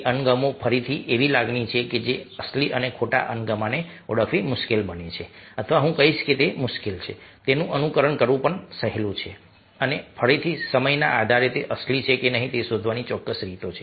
અણગમો એ ફરીથી એક એવી લાગણી છે જે અસલી અને ખોટા અણગમાને ઓળખવી મુશ્કેલ છે અથવા હું કહીશ કે તે મુશ્કેલ છે તેનું અનુકરણ કરવું સહેલું છે અને ફરીથી સમયના આધારે તે અસલી છે કે નહીં તે શોધવાની ચોક્કસ રીતો છે